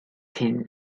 cyn